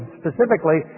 specifically